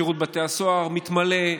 שירות בתי הסוהר מתמלא,